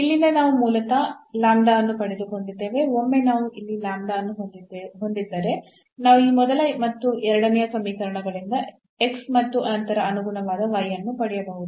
ಇಲ್ಲಿಂದ ನಾವು ಮೂಲತಃ ಅನ್ನು ಪಡೆದುಕೊಂಡಿದ್ದೇವೆ ಒಮ್ಮೆ ನಾವು ಇಲ್ಲಿ ಅನ್ನು ಹೊಂದಿದ್ದರೆ ನಾವು ಈ ಮೊದಲ ಮತ್ತು ಎರಡನೆಯ ಸಮೀಕರಣಗಳಿಂದ ಮತ್ತು ನಂತರ ಅನುಗುಣವಾದ ಅನ್ನು ಪಡೆಯಬಹುದು